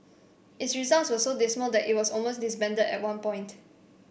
its results were so dismal that it was almost disbanded at one point